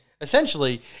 Essentially